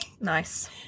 Nice